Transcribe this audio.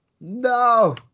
No